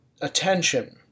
attention